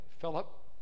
Philip